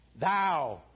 Thou